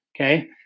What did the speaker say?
okay